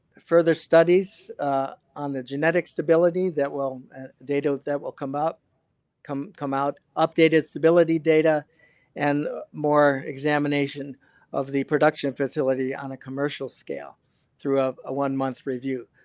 further studies on the genetic stability that will data that will come up come come out. updated stability data and more examination of the production facility on a commercial scale through ah a one month review.